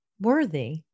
worthy